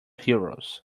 heroes